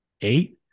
eight